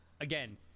again